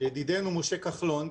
ידידנו משה כחלון,